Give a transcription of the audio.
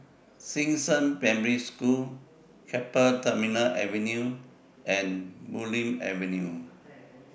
Xishan Primary School Keppel Terminal Avenue and Bulim Avenue